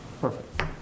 Perfect